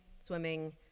swimming